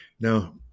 Now